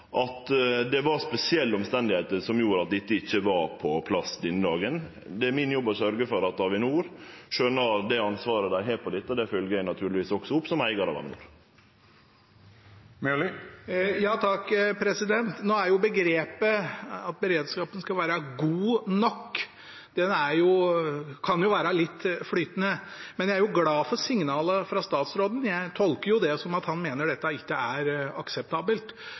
at det var spesielle omstende som gjorde at dette ikkje var på plass den dagen. Det er jobben min å sørgje for at Avinor skjønar det ansvaret dei har når det gjeld dette, og det følgjer eg naturlegvis også opp, som eigar av Avinor. Nå er begrepet at beredskapen skal være «god nok». Det kan jo være litt flytende. Men jeg er glad for signalene fra statsråden. Jeg tolker det som at han mener dette ikke er akseptabelt.